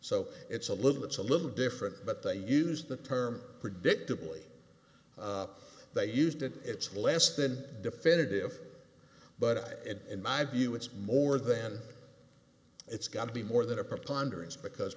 so it's a little it's a little different but they use the term predictably they used it it's less than definitive but in my view it's more than it's got to be more than a